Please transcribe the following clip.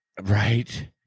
right